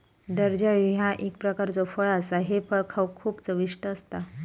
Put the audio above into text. जर्दाळू ह्या एक प्रकारचो फळ असा हे फळ खाउक खूप चविष्ट असता